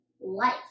life